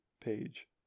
page